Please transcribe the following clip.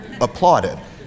Applauded